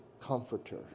Comforter